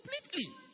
completely